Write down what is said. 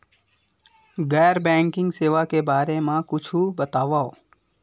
गैर बैंकिंग सेवा के बारे म कुछु बतावव?